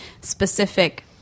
specific